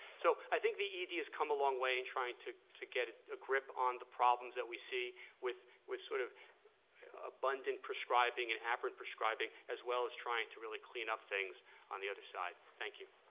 so i think the ed has come a long way in trying to to get a grip on the problems that we see with with sort of abundant prescribing and aberrant prescribing as well as trying to really clean up things on the other side, thank you.